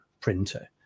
printer